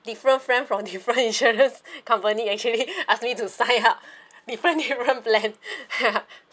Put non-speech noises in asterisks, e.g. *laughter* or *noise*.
different friend from *laughs* different insurance company actually asked me to sign up *laughs* different different plan *laughs*